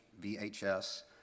VHS